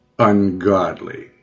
ungodly